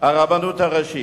הרבנות הראשית,